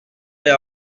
est